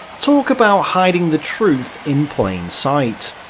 talk about hiding the truth in plain sight.